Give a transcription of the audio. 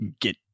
get